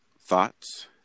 thoughts